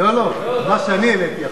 לא, על מה שאני העליתי עכשיו.